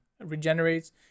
regenerates